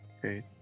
Great